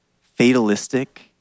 fatalistic